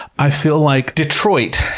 i feel like, detroit,